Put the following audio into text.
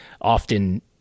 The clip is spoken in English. often